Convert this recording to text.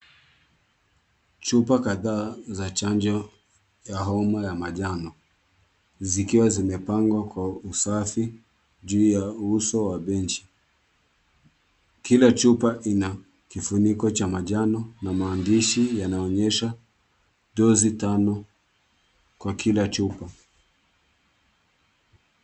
Chupa kadhaa za chanjo ya homa ya manjano zikiwa zimepangwa kwa usafi juu ya uso wa benchi. Kila chupa ina kifuniko cha manjano na maandishi yanaonyesha dozi tano kwa kila chupa.